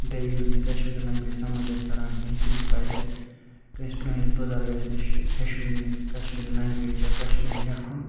بیٚیہِ ییٚمِس نہٕ کشمیری لنٛگویج سمٕجھ آسہِ تران کِہیٖنۍ تٔمِس پَزِ کٲنٛسہِ پٔرٲنِس بُزرگَس نِش ہیٚچھُن یہِ کشمیری لنٛگویج یا کشمیری لیٚکھُن